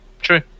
true